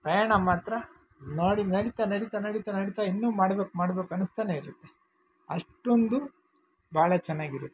ಪ್ರಯಾಣ ಮಾತ್ರ ನೋಡಿ ನಡಿತಾ ನಡಿತಾ ನಡಿತಾ ನಡಿತಾ ಇನ್ನೂ ಮಾಡ್ಬೇಕು ಮಾಡ್ಬೇಕು ಅನಿಸ್ತಾನೇ ಇರುತ್ತೆ ಅಷ್ಟೊಂದು ಭಾಳ ಚೆನ್ನಾಗಿರುತ್ತೆ